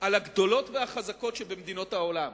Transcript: על הגדולות והחזקות שבמדינות העולם.